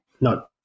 No